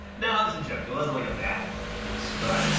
now's a joke. it wasn't like a bad dumb post but itit